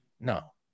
No